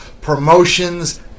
Promotions